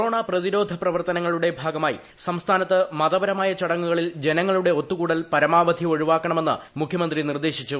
corona പ്രതിരോധ പ്രവർത്തനങ്ങളുടെ ഭാഗമായി സംസ്ഥാനത്ത് മതപരമായ ചടങ്ങുകളിൽ ജനങ്ങളുടെ ഒത്തുകൂടൽ പരമാവധി ഒഴിവാക്കണമെന്ന് മുഖ്യമന്ത്രി നിർദ്ദേശിച്ചു